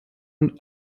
und